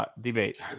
Debate